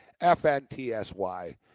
FNTSY